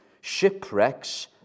Shipwrecks